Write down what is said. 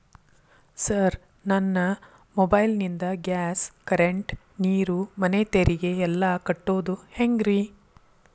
Sir ನನ್ನ mobile ನಿಂದ gas, current, ನೇರು, ಮನೆ ತೆರಿಗೆ ಎಲ್ಲಾ ಕಟ್ಟೋದು ಹೆಂಗ್ರಿ?